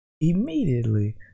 Immediately